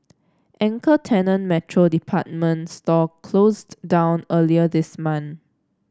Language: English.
anchor tenant Metro department store closed down earlier this month